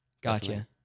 Gotcha